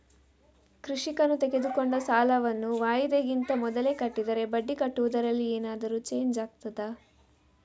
ಕೃಷಿಕನು ತೆಗೆದುಕೊಂಡ ಸಾಲವನ್ನು ವಾಯಿದೆಗಿಂತ ಮೊದಲೇ ಕಟ್ಟಿದರೆ ಬಡ್ಡಿ ಕಟ್ಟುವುದರಲ್ಲಿ ಏನಾದರೂ ಚೇಂಜ್ ಆಗ್ತದಾ?